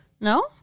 No